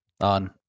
on